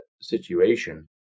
situation